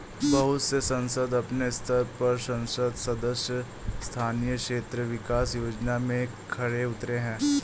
बहुत से संसद अपने स्तर पर संसद सदस्य स्थानीय क्षेत्र विकास योजना में खरे उतरे हैं